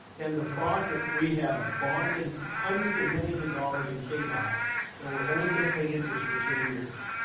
and the thought that we have bonded hundreds of millions of dollars in kdot and we're only going to pay interest for ten years,